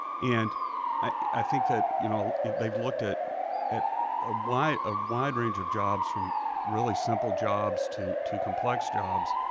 and i think that you know they've looked at a ah wide ah wide range of jobs, from really simple jobs to to complex jobs,